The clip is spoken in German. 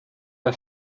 der